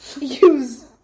Use